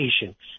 patients